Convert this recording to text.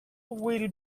will